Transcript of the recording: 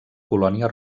colònia